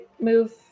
move